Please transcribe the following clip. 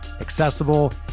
accessible